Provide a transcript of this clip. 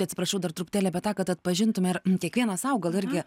atsiprašau dar truputėlį apie tą kad atpažintume ir kiekvienas sau gal irgi